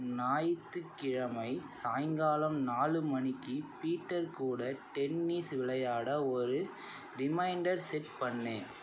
ஞாயித்துக்கிழமை சாயங்காலம் நாலு மணிக்கு பீட்டர் கூட டென்னிஸ் விளையாட ஒரு ரிமைன்டர் செட் பண்ணு